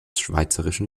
schweizerischen